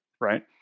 right